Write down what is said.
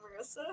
Marissa